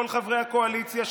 לכל חברי הקואליציה,